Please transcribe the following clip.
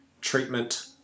treatment